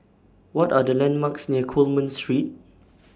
What Are The landmarks near Coleman Street